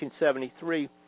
1973